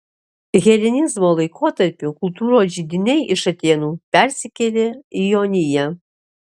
helenizmo laikotarpiu kultūros židiniai iš atėnų persikėlė į joniją